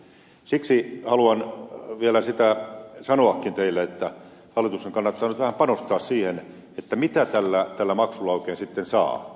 siksi haluan vielä sanoakin teille että hallituksen kannattaa nyt vähän panostaa siihen mitä tällä maksulla oikein sitten saa